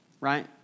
right